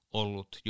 ollut